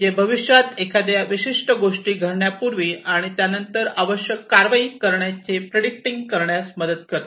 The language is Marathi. जे भविष्यात एखाद्या विशिष्ट गोष्टी घडण्यापूर्वी आणि त्यानंतर आवश्यक कारवाई करण्याच्या प्रिडीटिंग करण्यात मदत करते